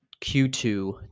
Q2